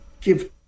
give